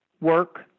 work